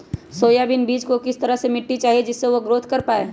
Soybean बीज को किस तरह का मिट्टी चाहिए जिससे वह ग्रोथ कर पाए?